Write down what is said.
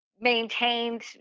maintained